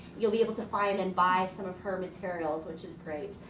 you'll be able to find and buy some of her materials, which is great.